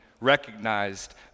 recognized